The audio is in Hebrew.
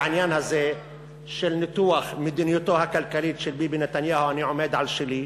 בעניין הזה של ניתוח מדיניותו הכלכלית של ביבי נתניהו אני עומד על שלי,